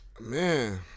Man